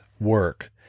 work